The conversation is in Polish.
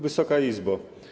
Wysoka Izbo!